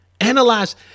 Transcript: Analyze